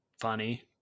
funny